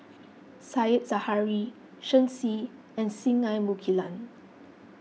Said Zahari Shen Xi and Singai Mukilan